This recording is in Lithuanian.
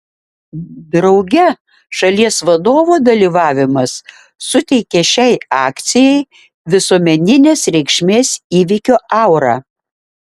drauge šalies vadovo dalyvavimas suteikia šiai akcijai visuomeninės reikšmės įvykio aurą